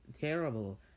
terrible